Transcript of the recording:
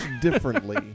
differently